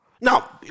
Now